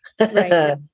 Right